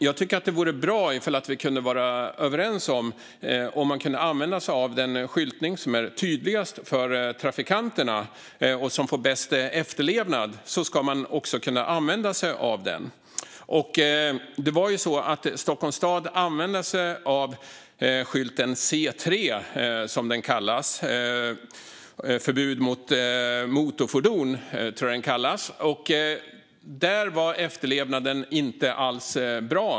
Jag tycker att det vore bra om vi kunde vara överens om att använda oss av den skyltning som är tydligast för trafikanterna och som får bäst efterlevnad. Stockholms stad använde sig av skylten C3 - förbud mot motorfordon, tror jag att den kallas - och efterlevnaden var inte alls bra.